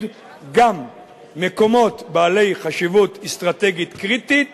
גם מקומות בעלי חשיבות אסטרטגית קריטית